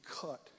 cut